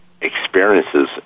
experiences